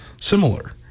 similar